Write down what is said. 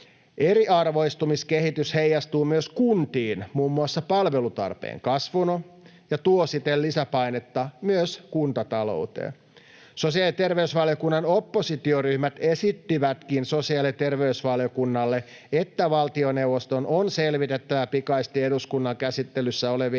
Eriarvoistumiskehitys heijastuu myös kuntiin muun muassa palvelutarpeen kasvuna ja tuo siten lisäpainetta myös kuntatalouteen. Sosiaali- ja terveysvaliokunnan oppositioryhmät esittivätkin sosiaali- ja terveysvaliokunnalle, että valtioneuvoston on selvitettävä pikaisesti eduskunnan käsittelyssä olevien